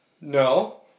No